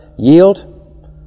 Yield